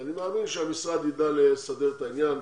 ואני מאמין שהמשרד יידע לסדר את העניין,